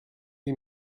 the